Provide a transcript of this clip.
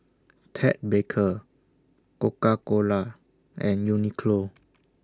Ted Baker Coca Cola and Uniqlo